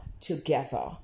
together